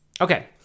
Okay